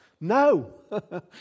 No